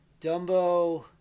Dumbo